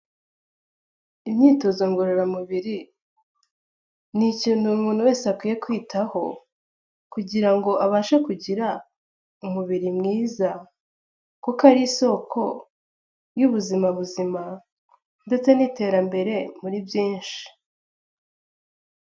Imyitozo ngororamubiri ni ikintu umuntu wese akwiye kwitaho kugira ngo abashe kugira umubiri mwiza kuko ari isoko y'ubuzima buzima ndetse n'iterambere muri byinshi.